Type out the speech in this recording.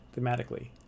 thematically